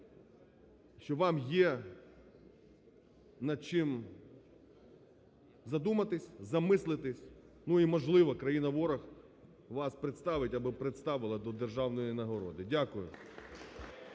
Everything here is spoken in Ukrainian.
що вам є над чим задуматись, замислитись. І, можливо, країна-ворог вас представить або представила до державної нагороди. Дякую.